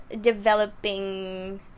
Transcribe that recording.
developing